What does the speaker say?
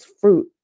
fruit